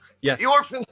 Yes